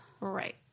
Right